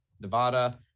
Nevada